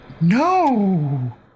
No